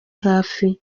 hafi